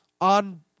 on